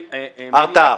הרתעה.